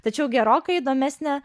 tačiau gerokai įdomesnė